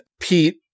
Pete